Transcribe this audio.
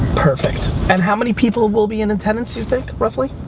perfect. and how many people will be in attendance, you think, roughly?